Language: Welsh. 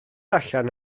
allan